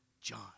John